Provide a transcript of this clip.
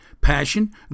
passion